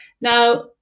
Now